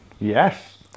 Yes